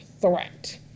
threat